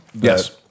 Yes